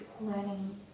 learning